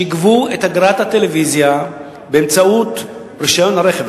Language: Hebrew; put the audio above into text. שיגבו את אגרת הטלוויזיה באמצעות רשיון הרכב,